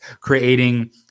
creating